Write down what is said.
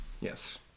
Yes